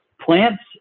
Plants